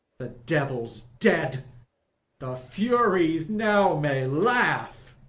the devil's dead the furies now may laugh.